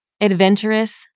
adventurous